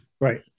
Right